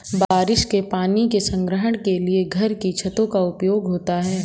बारिश के पानी के संग्रहण के लिए घर की छतों का उपयोग होता है